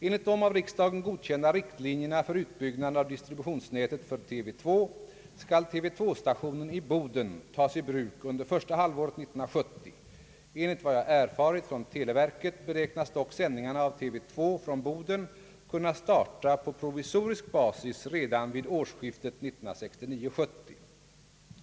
Enligt de av riksdagen godkända riktlinjerna för utbyggnaden av distributionsnätet för TV 2 skall TV 2-stationen i Boden tas i bruk under första halvåret 1970. Enligt vad jag erfarit från televerket beräknas dock sändningarna av TV 2 från Boden kunna starta på provisorisk basis redan vid årsskiftet 1969/70.